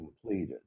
completed